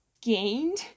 gained